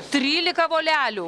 trylika volelių